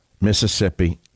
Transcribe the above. Mississippi